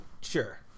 Sure